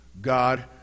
God